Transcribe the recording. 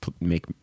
make